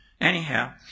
Anyhow